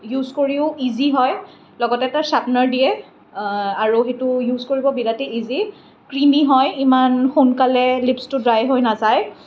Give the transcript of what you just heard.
use কৰিও easy হয় লগতে এটা চ্ৰাপনাৰ দিয়ে আৰু সেইটো ইউজ কৰিব বিৰাটেই ইজি ক্ৰিমি হয় ইমান সোনকালে লিপচটো ড্ৰাই হৈ নাযায়